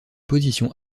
position